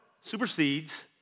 supersedes